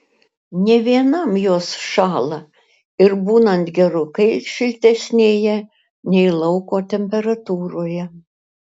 ne vienam jos šąla ir būnant gerokai šiltesnėje nei lauko temperatūroje